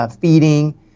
feeding